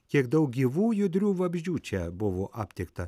kiek daug gyvų judrių vabzdžių čia buvo aptikta